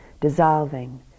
dissolving